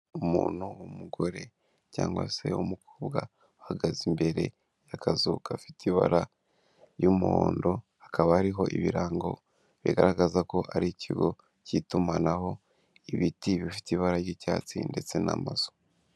Umuntu w'umugore cyangwa se w'umukobwa, uhagaze imbere y'akazu gafite ibara ry'umuhondo. Hakaba hari ibirango bigaragaza ko ari ikigo cy'itumanaho, ibiti bifite ibara ry'icyatsi ndetse n'amazu.